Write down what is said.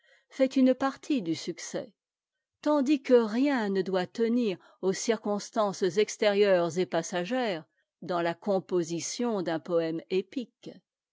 fait une partie du succès tandis que rien ne doit tenir aux circonstances extérieures et passagères dans la composition d'un poëme épique